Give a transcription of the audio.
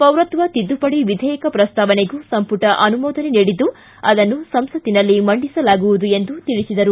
ಪೌರತ್ವ ತಿದ್ದುಪಡಿ ವಿಧೇಯಕ ಪ್ರಸ್ತಾವನೆಗೂ ಸಂಪುಟ ಅನುಮೋದನೆ ನೀಡಿದ್ದು ಅದನ್ನು ಸಂಸತ್ತಿನಲ್ಲಿ ಮಂಡಿಸಲಾಗುವುದು ಎಂದು ತಿಳಿಸಿದರು